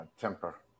temper